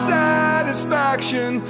satisfaction